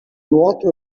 nuoto